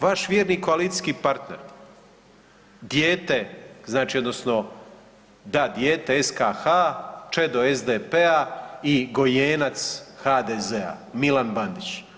Vaš vjerni koalicijski partner, dijete znači odnosno da dijete SKH, čedo SDP-a i gojenac HDZ-a Milan Bandić.